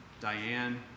Diane